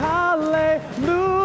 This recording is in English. Hallelujah